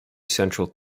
central